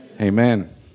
Amen